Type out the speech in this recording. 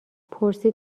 پرسید